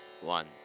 one